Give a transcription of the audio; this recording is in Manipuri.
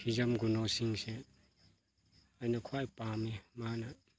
ꯍꯤꯖꯝ ꯒꯨꯅꯣ ꯁꯤꯡꯁꯦ ꯑꯩꯅ ꯈ꯭ꯋꯥꯏ ꯄꯥꯝꯃꯦ ꯃꯥꯅ